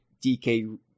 DK